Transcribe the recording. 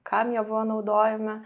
kam jie buvo naudojami